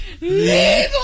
Leave